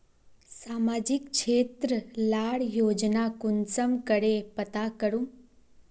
सामाजिक क्षेत्र लार योजना कुंसम करे पता करूम?